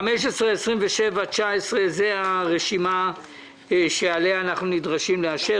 רשימה מספר 15-27-19 היא הרשימה שאותה אנחנו נדרשים לאשר.